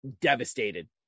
devastated